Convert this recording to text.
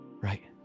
Right